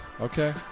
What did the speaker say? Okay